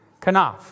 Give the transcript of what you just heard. Kanaf